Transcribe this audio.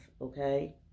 Okay